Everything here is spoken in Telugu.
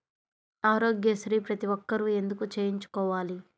ఆరోగ్యశ్రీ ప్రతి ఒక్కరూ ఎందుకు చేయించుకోవాలి?